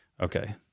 Okay